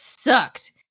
sucked